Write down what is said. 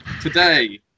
Today